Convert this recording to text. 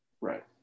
right